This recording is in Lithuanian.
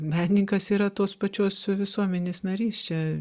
menininkas yra tos pačios visuomenės narys čia